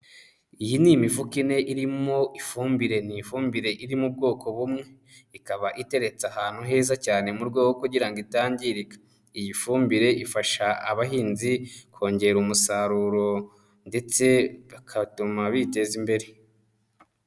Iyi ni imifuka ine irimo ifumbire ni ifumbire iri mu bwoko bumwe, ikaba iteretse ahantu heza cyane mu rwego rwo kugira ngo itangirika. Iyi fumbire ifasha abahinzi kongera umusaruro, ndetse ikatuma biteza imbere.